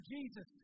Jesus